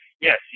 Yes